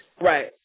right